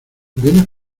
vienes